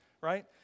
right